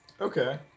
Okay